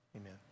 Amen